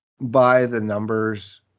by-the-numbers